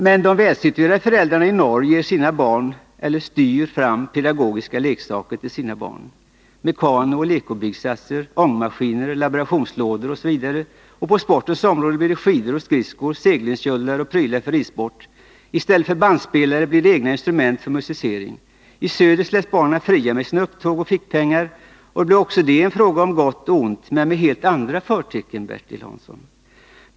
Men de välsituerade föräldrarna i norr ger sina barn pedagogiska leksaker eller styr fram sådana till dem. Det kan gälla mekanooch legobyggsatser, ångmaskiner, laborationslådor osv. På sportens område blir det skidor och skridskor, seglingsjollar och prylar för ridsport. I stället för bandspelare blir det egna instrument för musicerande. I söder släpps barnen fria med sina upptåg och fickpengar. Också det är en fråga om gott och ont, men med helt andra förtecken, Bertil Hansson.